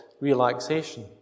relaxation